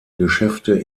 geschäfte